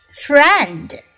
friend